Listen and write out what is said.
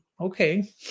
Okay